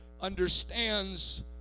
understands